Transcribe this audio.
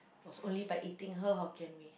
was only by eating her Hokkien-Mee